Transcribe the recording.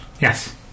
yes